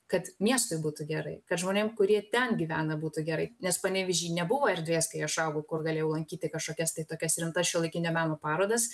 kad miestui būtų gerai kad žmonėm kurie ten gyvena būtų gerai nes panevėžy nebuvo erdvės kai aš užaugau kur galėjau lankyti kažkokias tai tokias rimtas šiuolaikinio meno parodas